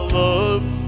love